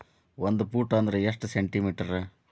ಒಂದು ಫೂಟ್ ಅಂದ್ರ ಎಷ್ಟು ಸೆಂಟಿ ಮೇಟರ್?